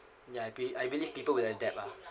ya I be~ I believe people will adapt lah